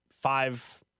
five –